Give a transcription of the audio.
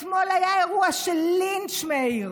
אתמול היה אירוע של לינץ', מאיר,